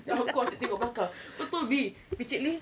then of course asyik tengok belakang kau tahu ni picit lift